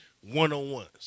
one-on-ones